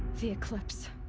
the eclipse.